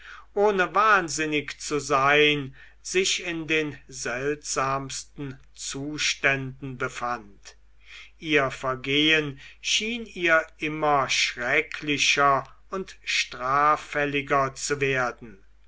ohne wahnsinnig zu sein sich in den seltsamsten zuständen befand ihr vergehen schien ihr immer schrecklicher und straffälliger zu werden